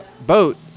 boat